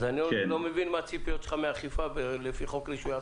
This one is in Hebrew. אני לא מבין מה הציפיות שלך מאכיפה לפי חוק רישוי עסקים.